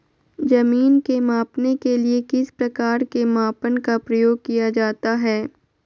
जमीन के मापने के लिए किस प्रकार के मापन का प्रयोग किया जाता है?